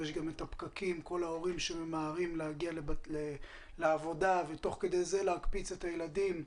יש פקקים וכל ההורים ממהרים להגיע לעבודה ותוך כדי זה להקפיץ את הילדים.